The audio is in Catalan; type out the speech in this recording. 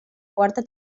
quarta